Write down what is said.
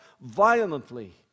violently